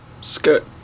skirt